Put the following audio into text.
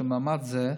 של מאמץ זה,